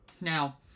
Now